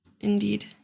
Indeed